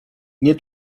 nie